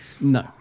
No